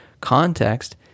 context